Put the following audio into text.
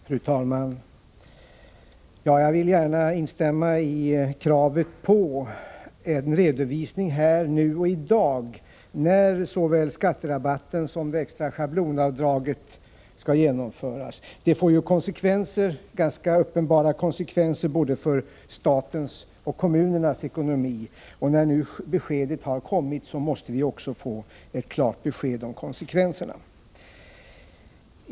Fru talman! Jag vill gärna instämma i kravet på en redovisning här och nu av när såväl skatterabatten som det extra schablonavdraget skall genomfö ras. Det får ju ganska uppenbara konsekvenser för både statens och kommunernas ekonomi, och när beskedet nu har kommit måste vi få ett klart besked också om konsekvenserna.